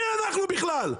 מי אנחנו בכלל?